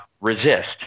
resist